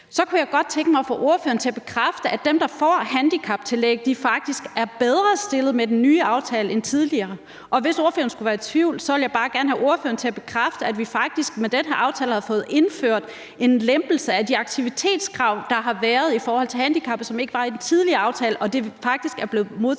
Så kunne jeg godt tænke mig at få ordføreren til at bekræfte, at dem, der får handicaptillæg, faktisk er bedre stillet med den nye aftale end tidligere. Og hvis ordføreren skulle være i tvivl, vil jeg bare gerne have ordføreren til at bekræfte, at vi faktisk med den her aftale har fået indført en lempelse af de aktivitetskrav, der har været i forhold til handicappede – en lempelse, som ikke var der i den tidligere aftale – og at det faktisk er blevet modtaget